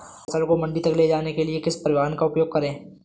फसल को मंडी तक ले जाने के लिए किस परिवहन का उपयोग करें?